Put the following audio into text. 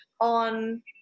on